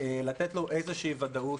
לתת לו איזה ודאות